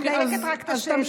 אני מדייקת רק את השאלה.